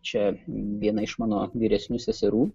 čia viena iš mano vyresnių seserų